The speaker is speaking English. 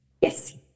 Yes